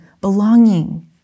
belonging